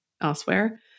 elsewhere